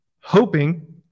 hoping